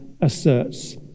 asserts